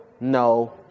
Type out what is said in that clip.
no